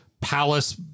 Palace